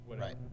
right